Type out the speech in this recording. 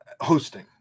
hosting